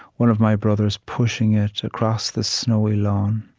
one of my brothers pushing it across the snowy lawn,